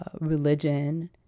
religion